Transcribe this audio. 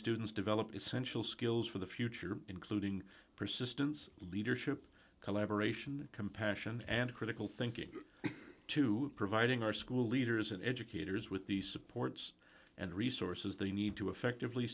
students develop essential skills for the future including persistence leadership collaboration compassion and critical thinking to providing our school leaders and educators with the supports and resources they need to effectively